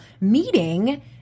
meeting